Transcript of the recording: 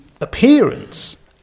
appearance